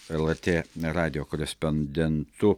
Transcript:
lrt radijo korespondentu